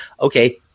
okay